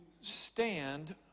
stand